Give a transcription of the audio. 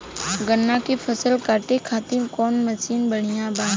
गन्ना के फसल कांटे खाती कवन मसीन बढ़ियां बा?